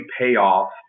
payoff